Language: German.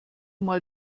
mal